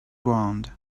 ground